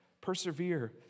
persevere